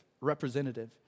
representative